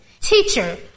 Teacher